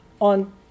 on